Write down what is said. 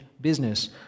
business